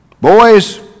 boys